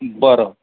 बरं